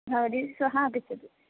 भवती श्वः आगच्छतु